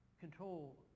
control